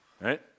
right